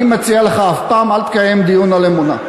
אני מציע לך: אף פעם אל תקיים דיון על אמונה.